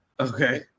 okay